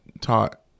taught